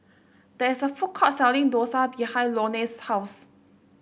there is a food court selling Dosa behind Loney's house